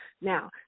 Now